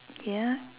ya